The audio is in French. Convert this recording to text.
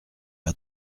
pas